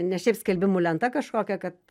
ne šiaip skelbimų lenta kažkokia kad